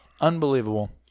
Unbelievable